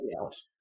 else